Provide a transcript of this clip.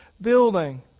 building